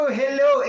hello